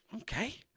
okay